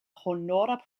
honora